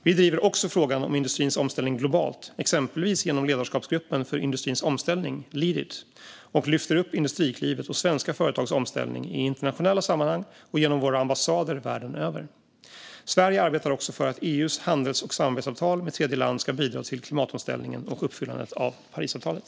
Vi driver också frågan om industrins omställning globalt, exempelvis genom ledarskapsgruppen för industrins omställning, Leadit, och lyfter upp Industriklivet och svenska företags omställning i internationella sammanhang och genom våra ambassader världen över. Sverige arbetar också för att EU:s handels och samarbetsavtal med tredjeland ska bidra till klimatomställningen och uppfyllandet av Parisavtalet.